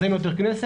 אז אין יותר כנסת,